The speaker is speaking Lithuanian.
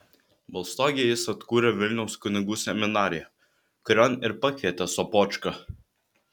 balstogėje jis atkūrė vilniaus kunigų seminariją kurion ir pakvietė sopočką